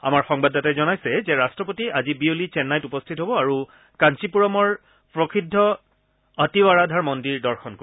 আমাৰ সংবাদদাতাই জনাইছে যে ৰাট্টপতি আজি বিয়লি চেন্নাই উপস্থিত হ'ব আৰু কাঞ্চিপুৰমৰ প্ৰসিদ্ধ অতিৱাৰাধাৰ মন্দিৰ দৰ্শন কৰিব